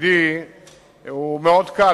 ותפקידי הוא מאוד קל,